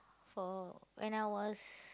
for when I was